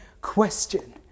question